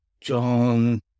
John